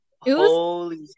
Holy